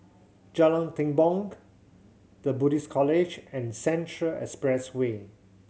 Jalan Tepong The Buddhist College and Central Expressway